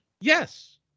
Yes